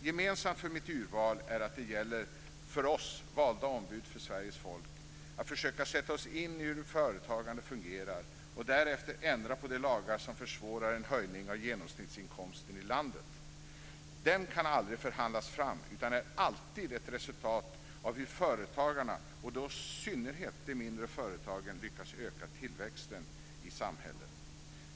Gemensamt för mitt urval är att det gäller för oss, valda ombud för Sveriges folk, att försöka sätta oss in i hur företagande fungerar och därefter ändra på de lagar som försvårar en höjning av genomsnittsinkomsten i landet. Den kan aldrig förhandlas fram, utan är alltid ett resultat av hur företagarna, och då i synnerhet de mindre företagen, lyckas öka tillväxten i samhället.